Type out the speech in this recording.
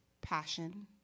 passion